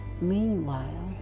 Meanwhile